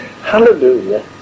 Hallelujah